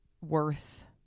worth